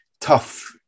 tough